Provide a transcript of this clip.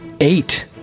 Eight